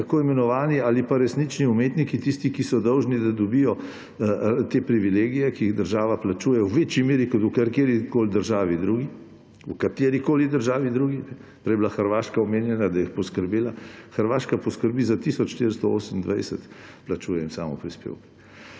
tako imenovani ali pa resnični umetniki tisti, ki so dolžni, da dobijo te privilegije, ki jih država plačuje v večji meri kot v katerikoli državi drugi. Prej je bila Hrvaška omenjena, da je poskrbela. Hrvaška poskrbi za tisoč 428, jim plačuje samoprispevke.